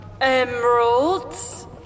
emeralds